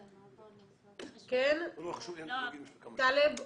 כן, טלב.